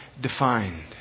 defined